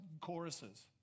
choruses